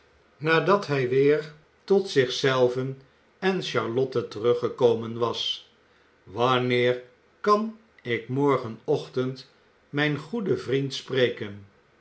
nadat hij weer tot zich zelven en charlotte teruggekomen was wanneer kan ik morgenochtend mijn goeden vriend spreken